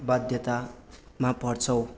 बाध्यतामा पर्छौँ